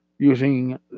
Using